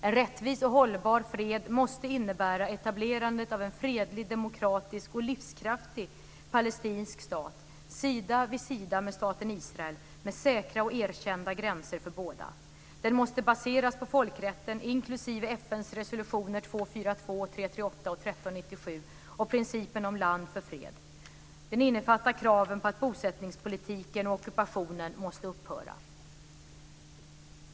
En rättvis och hållbar fred måste innebära etablerandet av en fredlig, demokratisk och livskraftig palestinsk stat sida vid sida med staten Israel, med säkra och erkända gränser för båda. Den måste baseras på folkrätten, inklusive FN:s resolutioner 242, 338 och 1397, och principen om land för fred. Den innefattar kraven på att bosättningspolitiken och ockupationen måste upphöra.